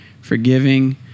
forgiving